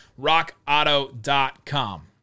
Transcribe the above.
Rockauto.com